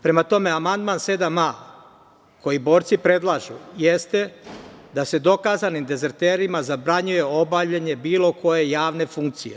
Prema tome, amandman 7a, koji borci predlažu, jeste da se dokazanim dezerterima zabranjuje obavljanje bilo koje javne funkcije.